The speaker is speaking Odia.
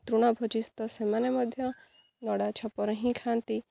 ତୃଣଭୋଜିସ୍ତ ସେମାନେ ମଧ୍ୟ ନଡ଼ା ଛପର ହିଁ ଖାଆନ୍ତି